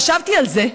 חשבתי על זה,